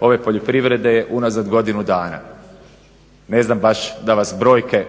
ove poljoprivrede je unazad godinu dana. Ne znam baš da vas brojke